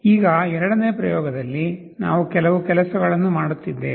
ಈಗ ಎರಡನೇ ಪ್ರಯೋಗದಲ್ಲಿ ನಾವು ಕೆಲವು ಕೆಲಸಗಳನ್ನು ಮಾಡುತ್ತಿದ್ದೇವೆ